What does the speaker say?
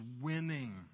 winning